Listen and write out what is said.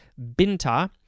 binta